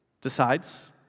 decides